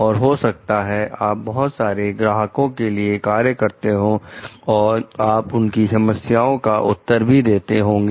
और हो सकता है आप बहुत सारे ग्राहकों के लिए कार्य करते हो और आप उनकी समस्याओं के उत्तर भी देते होंगे